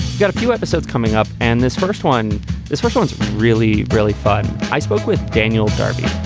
got a few episodes coming up. and this first one this first one is really, really fun. i spoke with daniel darbee,